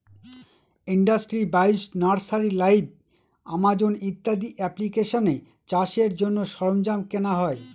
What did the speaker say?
industry বাইশ, nursery live, Amazon ইত্যাদি এপ্লিকেশানে চাষের জন্য সরঞ্জাম কেনা হয়